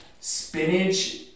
Spinach